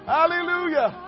Hallelujah